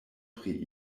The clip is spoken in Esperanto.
pri